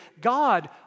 God